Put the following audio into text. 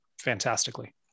fantastically